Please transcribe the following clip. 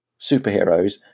superheroes